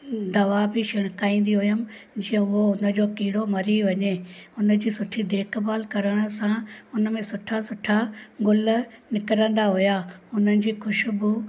दवा बि छिणकाईंदी हुयमि जीअं उहो हुनजो कीड़ो मरी वञे हुनजी सुठी देखभाल करण सां हुन में सुठा सुठा गुल निकिरंदा हुआ उन्हनि जी ख़ुश्बू